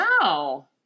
Wow